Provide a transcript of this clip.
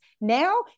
Now